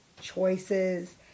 choices